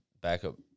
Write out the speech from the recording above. backup